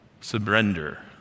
surrender